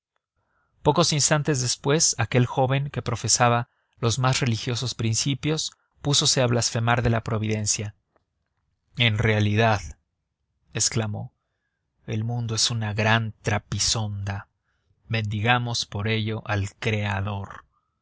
pocos instantes después aquel joven que profesaba los más religiosos principios púsose a blasfemar de la providencia en realidad exclamó el mundo es una gran trapisonda bendigamos por ello al creador